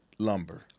lumber